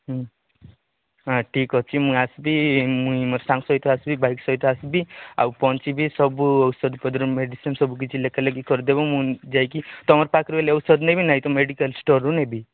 ହୁଁ ଠିକ୍ ଅଛି ମୁଁ ଆସିବି ମୋ ସାଙ୍ଗ ସହିତ ଆସିବି ବାଇକ୍ ସହିତ ଆସିବି ଆଉ ପହଞ୍ଚିବି ସବୁ ଔଷଧ ପତ୍ର ମେଡିସିନ୍ ସବୁ କିଛି ଲେଖା ଲେଖି କରି ଦେବ ମୁଁ ଯାଇ କି ତୁମର ପାଖରେ ହେଲେ ଔଷଧ ନେବି ନାଇ ତ ମେଡିକାଲ୍ ଷ୍ଟୋରରୁ ନେବି